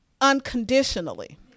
unconditionally